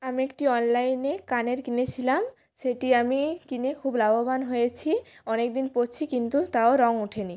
আমি একটি অনলাইনে কানের কিনেছিলাম সেটি আমি কিনে খুব লাভবান হয়েছি অনেক দিন পরছি কিন্তু তাও রং ওঠেনি